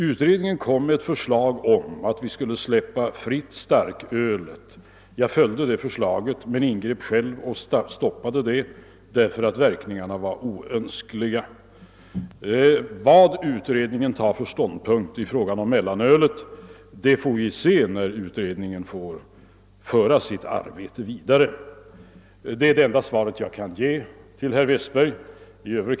Utredningen lade fram ett förslag om att vi skulle släppa starkölet fritt. Jag tog upp förslaget men stoppade den fria försäljningen, därför att verkningarna icke var önskvärda. Vilken ståndpunkt utredningen har i fråga om mellanölet får vi se när utredningen fått föra sitt arbete vidare. Det är det enda svar jag kan ge herr Westberg i Ljusdal.